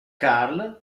karl